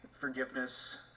forgiveness